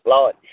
Lord